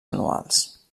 anuals